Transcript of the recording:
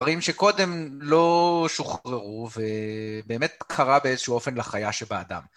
דברים שקודם לא שוחררו ובאמת קרה באיזשהו אופן לחיה שבאדם.